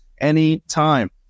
anytime